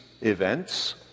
events